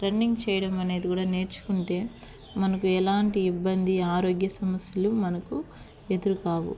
running చేయడం అనేది కూడా నేర్చుకుంటే మనకు ఎలాంటి ఇబ్బంది ఆరోగ్య సమస్యలు మనకు ఎదురు కావు